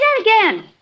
again